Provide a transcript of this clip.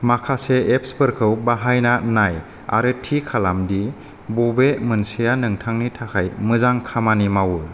माखासे एप्सफोरखौ बाहायना नाय आरो थि खालाम दि बबे मोनसेया नोंथांनि थाखाय मोजां खामानि मावो